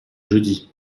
jeudi